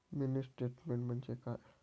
Mini statement म्हणजे काय?